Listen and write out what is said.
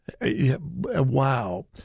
Wow